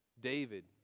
David